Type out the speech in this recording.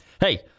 Hey